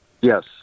Yes